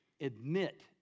admit